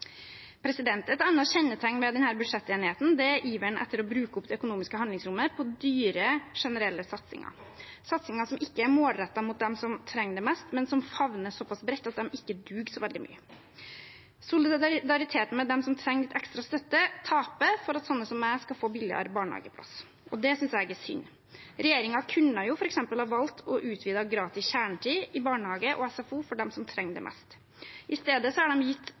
Et annet kjennetegn ved denne budsjettenigheten er iveren etter å bruke opp det økonomiske handlingsrommet på dyre generelle satsinger, satsinger som ikke er målrettet mot dem som trenger det mest, men som favner såpass bredt at de ikke duger så veldig mye. Solidariteten med dem som trenger litt ekstra støtte, taper for at sånne som meg skal få billigere barnehageplass, og det syns jeg er synd. Regjeringen kunne f.eks. ha valgt å utvide gratis kjernetid i barnehage og SFO for dem som trenger det mest. I stedet har de gitt